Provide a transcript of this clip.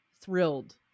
thrilled